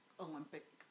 Olympic